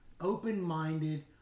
open-minded